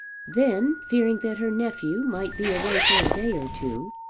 then, fearing that her nephew might be away for a day or two,